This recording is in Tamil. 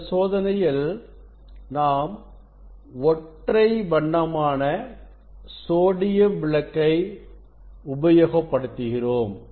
இந்த சோதனையில் நாம் ஒற்றை வண்ணமான சோடியம் விளக்கை உபயோகப்படுத்துகிறோம்